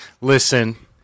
Listen